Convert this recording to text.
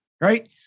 Right